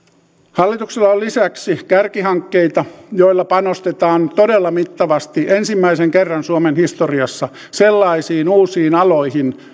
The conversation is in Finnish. hallituksella on lisäksi kärkihankkeita joilla panostetaan todella mittavasti ensimmäisen kerran suomen historiassa sellaisiin uusiin aloihin